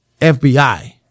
FBI